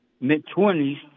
mid-twenties